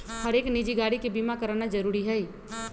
हरेक निजी गाड़ी के बीमा कराना जरूरी हई